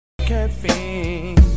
caffeine